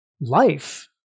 life